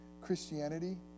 christianity